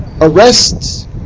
arrests